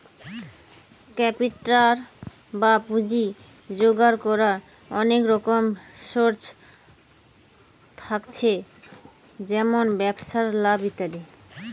capital বা পুঁজি জোগাড় কোরার অনেক রকম সোর্স থাকছে যেমন ব্যবসায় লাভ ইত্যাদি